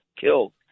killed